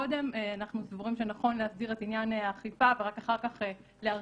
אנחנו סבורים שנכון קודם להסדיר את עניין האכיפה ורק אחר-כך להרחיב,